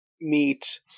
meet